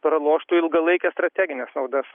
praloštų ilgalaikes strategines naudas